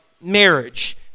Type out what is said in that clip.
marriage